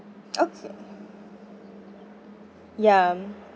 okay ya